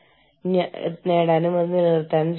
അതിനാൽ അതിനെ സഹ തീരുമാനങ്ങളുടെ സംവിധാനം എന്ന് വിളിക്കുന്നു